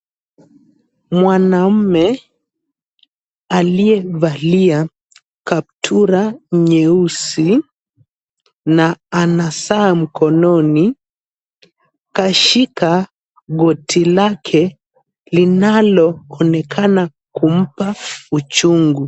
Mwanaume aliyevalia kaptura nyeusi na ana saa mkononi, kashika goti lake linaloonekana kumpa uchungu.